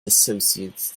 associates